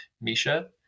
Misha